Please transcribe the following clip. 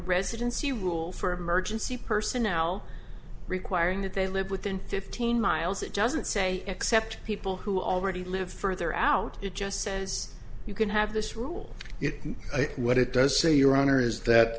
residency rule for emergency personnel requiring that they live within fifteen miles it doesn't say except people who already live further out it just says you can have this rule it and what it does say your honor is that